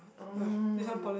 um